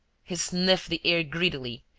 he sniffed the air greedily,